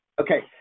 Okay